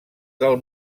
del